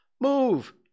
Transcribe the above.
move